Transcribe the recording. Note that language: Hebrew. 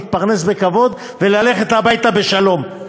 להתפרנס בכבוד וללכת הביתה בשלום.